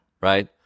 right